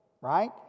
right